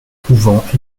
couvent